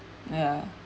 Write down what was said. ya